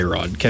Rod